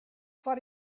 foar